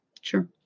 Sure